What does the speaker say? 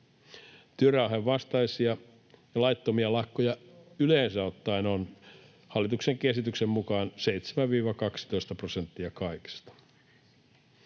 Työrauhan vastaisia ja laittomia lakkoja yleensä ottaen on hallituksenkin esityksen mukaan 7—12 prosenttia kaikista.